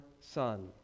son